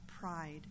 pride